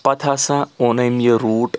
پتہٕ ہَسا اوٚن أمۍ یہِ روٗٹ